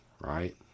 right